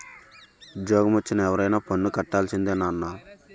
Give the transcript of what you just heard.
ఉజ్జోగమొచ్చిన ఎవరైనా పన్ను కట్టాల్సిందే నాన్నా